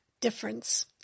difference